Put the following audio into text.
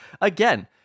again